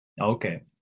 Okay